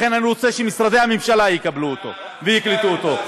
לכן אני רוצה שמשרדי הממשלה יקבלו אותו ויקלטו אותו.